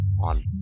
on